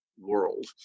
world